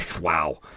wow